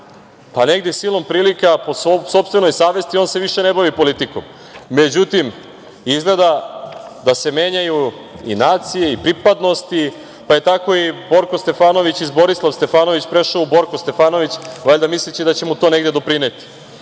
pa negde silom prilika po sopstvenoj savesti on se više ne bavi politikom. Međutim, izgleda da se menjaju i nacije i pripadnosti, pa je tako i Borko Stefanović iz Borislav Stefanović prešao u Borko Stefanović, valjda misleći da će mu to negde doprineti.